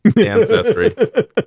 Ancestry